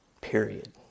Period